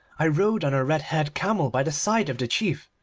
i rode on a red-haired camel by the side of the chief,